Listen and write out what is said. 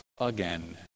again